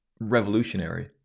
revolutionary